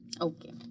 Okay